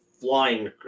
flying